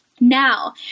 Now